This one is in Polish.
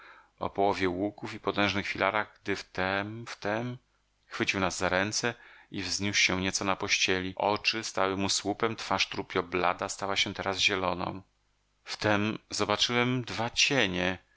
o połowie łuku i potężnych filarach gdy wtem wtem chwycił nas za ręce i wzniósł się nieco na pościeli oczy stały mu słupem twarz trupio blada stała się teraz zieloną wtem zobaczyłem dwa cienie